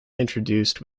introduced